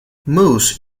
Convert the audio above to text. moose